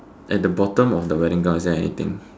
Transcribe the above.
at the bottom of the wedding gown is there anything